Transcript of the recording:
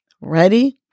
Ready